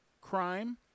crime